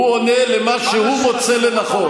הוא עונה על מה שהוא מוצא לנכון,